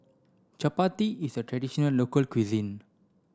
Chapati is a traditional local cuisine